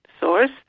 Source